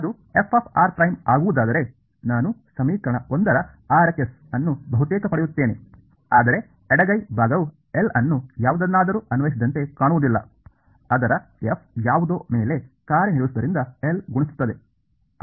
ಅದು fr ಆಗುವುದಾದರೆ ನಾನು ಸಮೀಕರಣದ 1 ರ RHS ಅನ್ನು ಬಹುತೇಕ ಪಡೆಯುತ್ತೇನೆ ಆದರೆ ಎಡಗೈ ಭಾಗವು L ಅನ್ನು ಯಾವುದನ್ನಾದರೂ ಅನ್ವಯಿಸಿದಂತೆ ಕಾಣುವುದಿಲ್ಲ ಅದರ f ಯಾವುದೋ ಮೇಲೆ ಕಾರ್ಯನಿರ್ವಹಿಸುವುದರಿಂದ L ಗುಣಿಸುತ್ತದೆ